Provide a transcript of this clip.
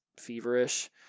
feverish